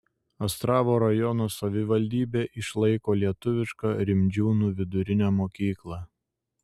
astravo rajono savivaldybė išlaiko lietuvišką rimdžiūnų vidurinę mokyklą